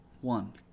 one